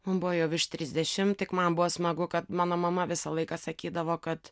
mum buvo jau virš trisdešim tik man buvo smagu kad mano mama visą laiką sakydavo kad